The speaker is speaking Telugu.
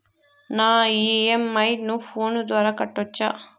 నా ఇ.ఎం.ఐ ను ఫోను ద్వారా కట్టొచ్చా?